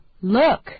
look